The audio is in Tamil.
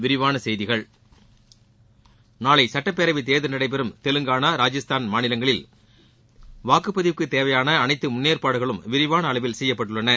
விரிவான செய்திகள் நாளை சட்டப்பேரவைத் தேர்தல் நடைபெறும் தெலங்காளா ராஜஸ்தான் மாநிலங்களில் வாக்குப்பதிவுக்கு தேவையான அனைத்து முன்னேற்பாடுகளும் விரிவான அளவில் செய்யப்பட்டுள்ளன